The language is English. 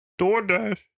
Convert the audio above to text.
DoorDash